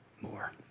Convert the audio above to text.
more